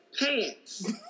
pants